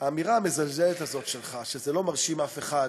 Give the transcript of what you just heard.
האמירה המזלזלת הזאת שלך, שזה לא מרשים אף אחד,